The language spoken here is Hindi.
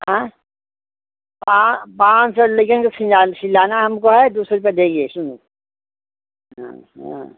हाँ पाँ पाँच सौ सिला सिलाना हमको है दो सौ रूपया देगे सुनो हाँ हाँ